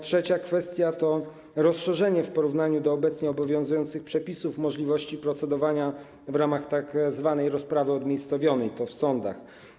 Trzecia kwestia to rozszerzenie w porównaniu z obecnie obowiązującymi przepisami możliwości procedowania w ramach tzw. rozprawy odmiejscowionej, to w sądach.